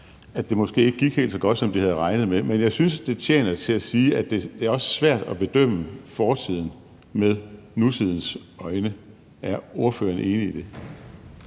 at det måske ikke gik helt så godt, som de havde regnet med, men jeg synes, at det tjener til at sige, at det også er svært at bedømme fortiden med nutidens øjne. Er ordføreren enig i det?